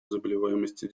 заболеваемости